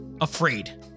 afraid